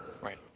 Right